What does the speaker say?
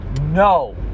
no